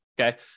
okay